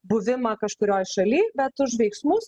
buvimą kažkurioj šaly bet už veiksmus